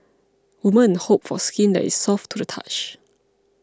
women hope for skin that is soft to the touch